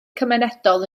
cymunedol